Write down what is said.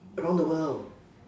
around the world